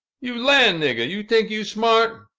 you lan' niggah, you tink you smart!